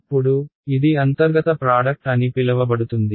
ఇప్పుడు ఇది అంతర్గత ప్రాడక్ట్ అని పిలవబడుతుంది